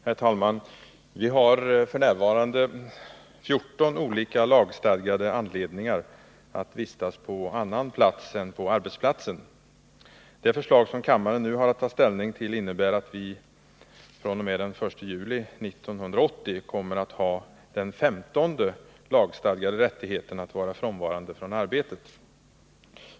Herr talman! Vi har f. n. 14 olika lagstadgade anledningar att vistas på annan plats än på arbetsplatsen. Det förslag som kammaren nu har att ta ställning till innebär att vi fr.o.m. den 1 juli 1980 kommer att ha den femtonde lagstadgade rättigheten att vara frånvarande från arbetet.